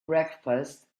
breakfast